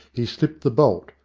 he slipped the bolt,